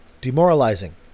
Demoralizing